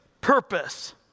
purpose